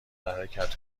حرکت